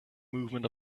movement